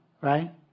right